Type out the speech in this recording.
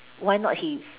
why not he